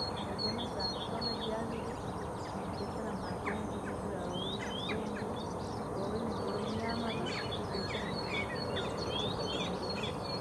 Mboa jaa masambii koo najahire, nakitira maji nojivikira ou- ungwi koowire joonyamala nokitira maji kira siku yodudi.